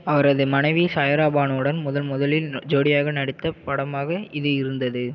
அவரது மனைவி சாய்ரா பானுவுடன் முதன் முதலில் ஜோடியாக நடித்த படமாக இது இருந்தது